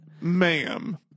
Ma'am